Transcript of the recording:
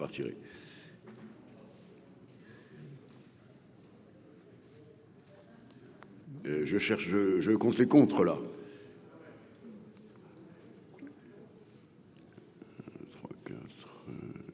je compte les contres là.